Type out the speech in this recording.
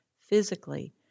physically